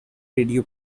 radio